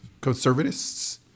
conservatists